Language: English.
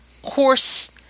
horse